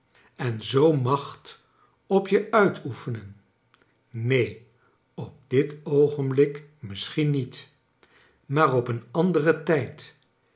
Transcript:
en zoo'n macht op je uitoefenen neen op dit oogenblik misschien niet maar op een anderen tijd